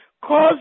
Cause